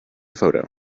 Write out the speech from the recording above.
photo